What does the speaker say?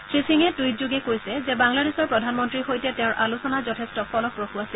শ্ৰী সিঙে টুইটযোগে কৈছে যে বাংলাদেশৰ প্ৰধানমন্ত্ৰীৰ সৈতে তেওঁৰ আলোচনা যথেষ্ট ফলপ্ৰসূ আছিল